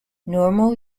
normal